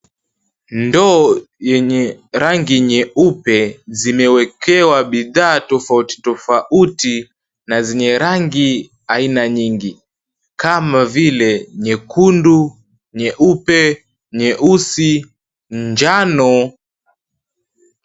Ndoo yenye rangi nyeupe zimewekewa bidhaa tofauti tofauti na zenye rangi aina nyingi kama vile nyekundu, nyeupe, nyeusi, njano.